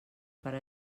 per